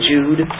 Jude